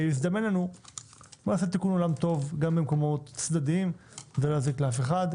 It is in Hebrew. בואו נעשה תיקון עולם טוב גם במקומות צדדיים מבלי להזיק לאף אחד,